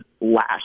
last